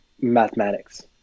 mathematics